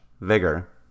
vigor